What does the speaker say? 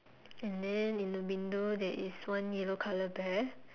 and then in the window there is one yellow color bear